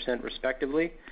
respectively